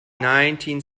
nineteen